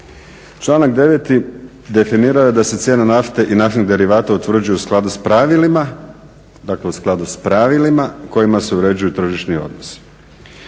članak 9. kaže "cijena nafte i naftnih derivata utvrđuje se u skladu s pravilima kojima se uređuju tržišni odnosi",